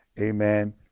Amen